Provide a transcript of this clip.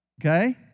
Okay